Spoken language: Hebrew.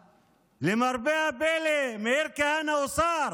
למרבה הפלא, מאיר כהנא הוא שר.